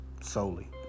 solely